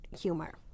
humor